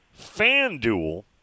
FanDuel